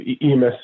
EMS